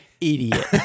idiot